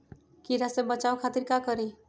कीरा से बचाओ खातिर का करी?